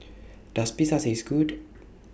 Does Pita Taste Good